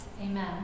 Amen